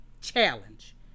challenge